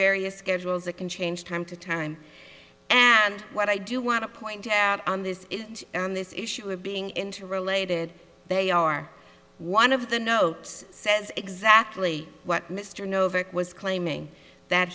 various schedules that can change time to time and what i do want to point out on this on this issue of being interrelated they are one of the notes says exactly what mr novak was claiming that